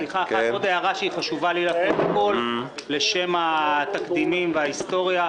אומר רק עוד הערה שהיא חשובה לי לפרוטוקול לשם התקדימים וההיסטוריה.